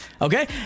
okay